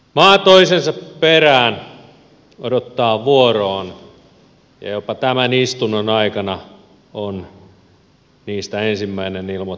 maa toisensa perään odottaa vuoroaan ja jopa tämän istunnon aikana on niistä ensimmäinen ilmoittautunut jonoon